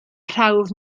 prawf